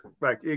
right